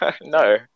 no